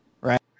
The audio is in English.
Right